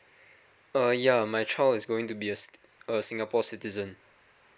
uh yeah my child is going to be a singapore citizen